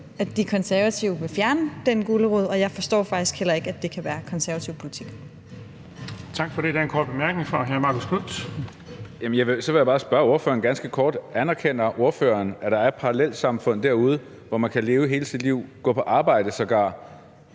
at De Konservative vil fjerne den gulerod, og jeg forstår faktisk heller ikke, at det kan være konservativ politik.